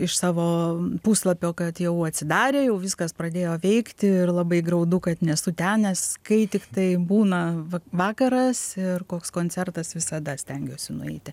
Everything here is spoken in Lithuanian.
iš savo puslapio kad jau atsidarė jau viskas pradėjo veikti ir labai graudu kad nesu ten nes kai tiktai būna vakaras ir koks koncertas visada stengiuosi nueiti